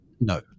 No